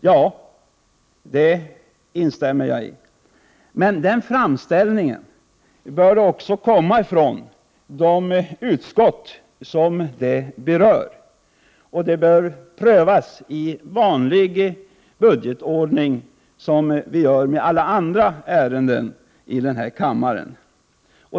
Ja, det instämmer jag i, men en sådan framställan bör komma från det utskott som är berört och prövas i vanlig ordning på samma sätt som alla andra ärenden i den här kammaren.